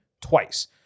twice